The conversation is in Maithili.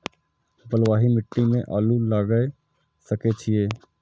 बलवाही मिट्टी में आलू लागय सके छीये?